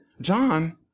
John